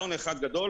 -- כישלון אחד גדול.